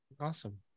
Awesome